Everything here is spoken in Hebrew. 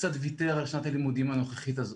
קצת ויתר על שנת הלימודים הנוכחית הזאת.